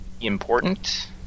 important